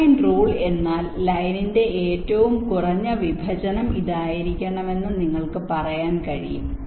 design rule എന്നാൽ ലൈനിന്റെ ഏറ്റവും കുറഞ്ഞ വിഭജനം ഇതായിരിക്കണമെന്ന് നിങ്ങൾക്ക് പറയാൻ കഴിയും